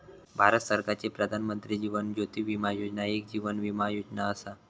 भारत सरकारची प्रधानमंत्री जीवन ज्योती विमा योजना एक जीवन विमा योजना असा